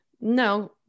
no